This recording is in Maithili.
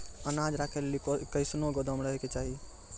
अनाज राखै लेली कैसनौ गोदाम रहै के चाही?